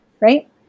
right